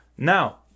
Now